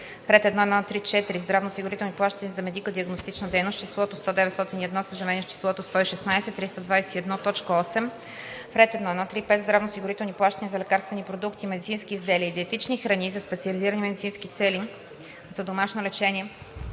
ред 1.1.3.4 здравноосигурителни плащания за медико-диагностична дейност числото „100 901,0“ се заменя с числото „116 321,8“; 5. в ред 1.1.3.5. здравноосигурителни плащания за лекарствени продукти, медицински изделия и диетични храни за специални медицински цели за домашно лечение